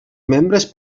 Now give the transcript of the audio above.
membres